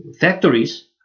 factories